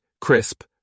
crisp